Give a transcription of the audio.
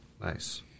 Nice